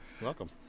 Welcome